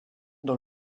dans